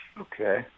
Okay